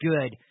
good